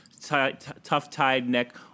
tough-tied-neck